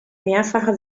mehrfache